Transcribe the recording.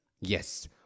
Yes